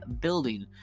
building